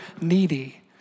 needy